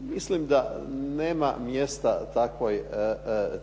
Mislim da nema mjesta takvoj